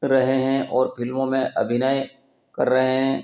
रहे हैं और फ़िल्मों में अभिनय कर रहे हैं